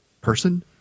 person